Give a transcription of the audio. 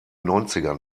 neunzigern